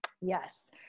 yes